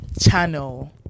channel